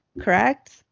Correct